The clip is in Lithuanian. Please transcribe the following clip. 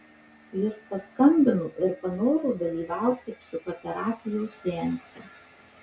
jis paskambino ir panoro dalyvauti psichoterapijos seanse